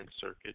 Circuit